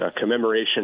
commemoration